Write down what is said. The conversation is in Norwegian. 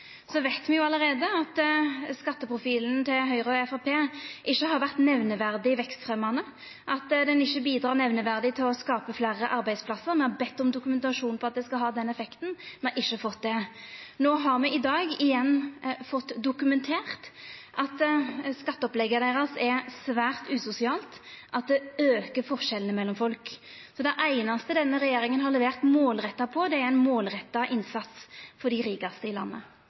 Så veit me allereie at skatteprofilen til Høgre og Framstegspartiet ikkje har vore nemneverdig vekstfremjande, at han ikkje bidreg nemneverdig til å skapa fleire arbeidsplassar. Me har bedt om dokumentasjon på at han skal ha den effekten, me har ikkje fått det. I dag har me igjen fått dokumentert at skatteopplegget deira er svært usosialt, at det aukar forskjellane mellom folk. Det einaste denne regjeringa har levert målretta på, er ein målretta innsats for dei rikaste i landet.